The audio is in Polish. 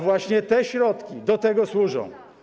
Właśnie te środki do tego służą.